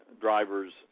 Drivers